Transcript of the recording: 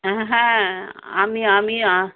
অ্যাঁ হ্যাঁ আমি আমি আহ